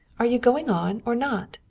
are you going on or not?